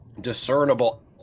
discernible